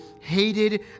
hated